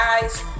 guys